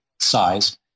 size